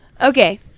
Okay